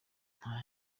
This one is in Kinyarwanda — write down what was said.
nta